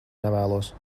nevēlos